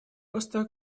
роста